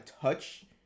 touch